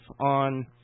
on